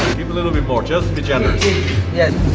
give a little bit more, just be generous. yeah,